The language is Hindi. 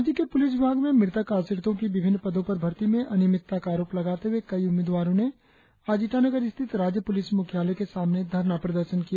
राज्य के पुलिस विभाग में मृतक आश्रितों की विभिन्न पदों पर भरती में अनियमितता का आरोप लगाते हुए कई उम्मीदवारों ने आज ईटानगर स्थित राज्य प्रलिस मुख्यालय के सामने धरना प्रदर्शन किया